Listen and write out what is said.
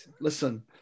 listen